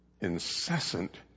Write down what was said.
incessant